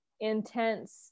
intense